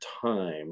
time